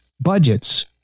budgets